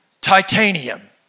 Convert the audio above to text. Titanium